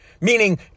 Meaning